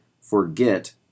forget